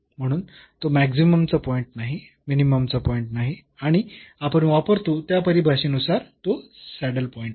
म्हणून तो मॅक्सिमम चा पॉईंट नाही मिनिमम चा पॉईंट नाही आणि आपण वापरतो त्या परिभाषेनुसार तो सॅडल पॉईंट आहे